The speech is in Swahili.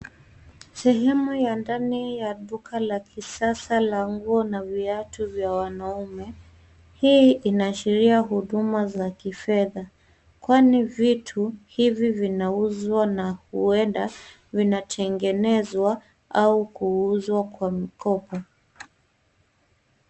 Sehemu ya ndani ya duka la kisasa la nguo na viatu vya wanaume. Hii inaashiria huduma za kifedha kwani vitu hivi vinauzwa na huenda vinatengenezwa au kuuzwa kwa mkopo.